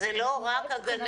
וזאת לא רק הגננת.